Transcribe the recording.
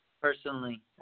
personally